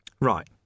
Right